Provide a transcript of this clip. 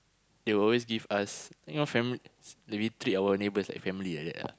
they will always give us you know fam~ s~ we treat our neighbours like family like that ah